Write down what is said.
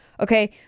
Okay